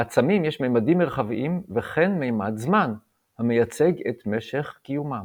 לעצמים יש ממדים מרחביים וכן 'ממד זמן' המייצג את משך קיומם.